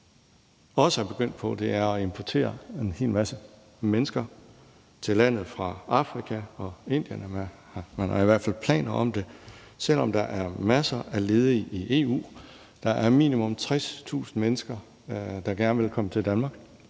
man også er begyndt på, er at importere en hel masse mennesker til landet fra Afrika og Indien; man har i hvert fald planer om det. Det sker, selv om der er masser af ledige i EU. Der er minimum 60.000 mennesker, der gerne vil komme til Danmark